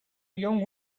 young